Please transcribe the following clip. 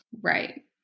Right